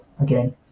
again